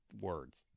words